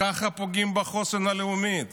ככה פוגעים בחוסן הלאומי.